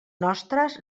nostres